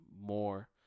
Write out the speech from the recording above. more